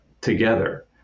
together